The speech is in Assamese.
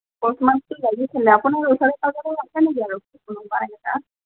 কচ মাছটো লাগিছিল আপোনাৰ ওচৰে পাঁজৰে আছে নেকি আৰু কোনোবা এনেকুৱা